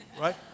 Right